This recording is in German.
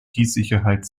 sicherheit